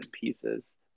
pieces